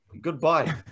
goodbye